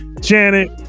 Janet